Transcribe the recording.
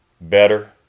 better